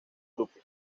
grupo